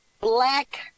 black